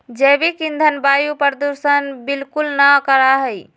जैविक ईंधन वायु प्रदूषण बिलकुल ना करा हई